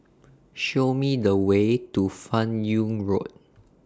Show Me The Way to fan Yoong Road